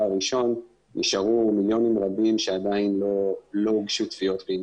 הראשון נשארו מיליונים רבים שעדיין לא הוגשו תביעות בעניינם,